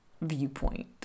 viewpoint